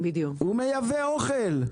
הוא מייבא אוכל.